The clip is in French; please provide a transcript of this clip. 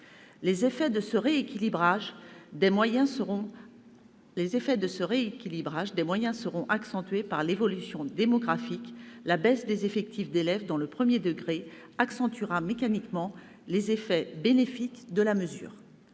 Les effets de ce rééquilibrage des moyens seront accentués par l'évolution démographique, la baisse des effectifs d'élèves dans le premier degré renforçant mécaniquement les effets bénéfiques de la mesure.